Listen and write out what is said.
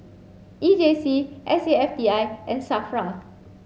E J C S A F T I and SAFRA